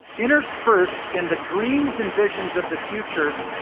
interspersed in the dreams and visions of the future,